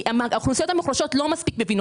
כי האוכלוסיות המוחלשות לא מספיק מבינות